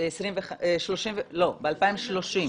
ב-2030.